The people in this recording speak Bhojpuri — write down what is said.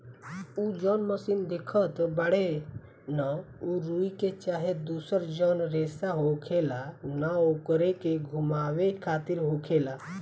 उ जौन मशीन देखत बाड़े न उ रुई के चाहे दुसर जौन रेसा होखेला न ओकरे के घुमावे खातिर होखेला